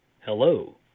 Hello